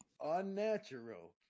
unnatural